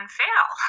fail